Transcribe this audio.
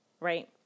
right